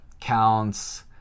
counts